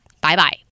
Bye-bye